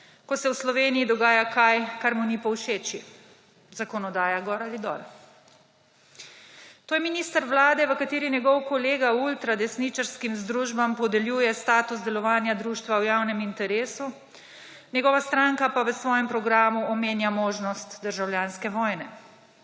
ko se v Sloveniji dogaja kaj, kar mu ni povšeči, zakonodaja gor ali dol. To je minister vlade, v kateri njegov kolega ultradesničarskim združbam podeljuje status delovanja društva v javnem interesu, njegova stranka pa v svojem programu omenja možnost državljanske vojne.